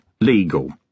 legal